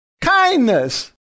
kindness